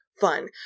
fun